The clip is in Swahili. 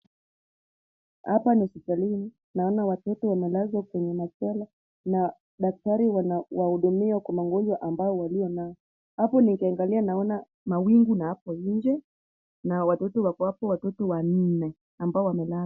Hapa ni hospitalini naona watoto wamelazwa kwenye machela na daktari wanawahudumia kwa magonjwa ambao walio nayo. Hapo nikiangalia naona mawingu na hapo nje na watoto wako hapo watoto wanne ambao wamelala.